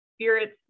spirits